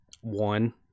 One